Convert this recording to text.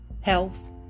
health